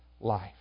life